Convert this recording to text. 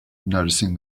noticing